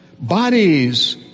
bodies